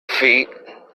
feet